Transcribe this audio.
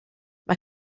mae